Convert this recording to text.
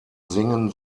singen